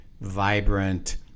vibrant